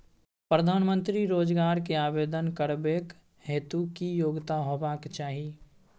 प्रधानमंत्री रोजगार के आवेदन करबैक हेतु की योग्यता होबाक चाही?